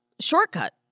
shortcut